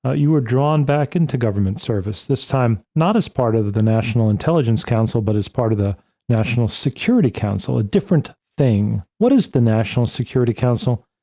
ah you were drawn back into government service this time, not as part of the the national intelligence council, but as part of the national security council, a different thing. what is the national security council?